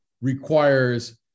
requires